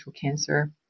cancer